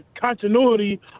continuity